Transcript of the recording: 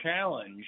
challenge